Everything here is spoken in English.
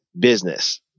business